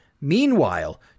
Meanwhile